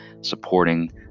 supporting